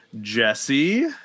Jesse